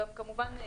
כמובן,